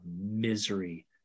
misery